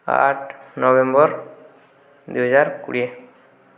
ଆଠ ନଭେମ୍ବର ଦୁଇହଜାର କୋଡ଼ିଏ